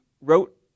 wrote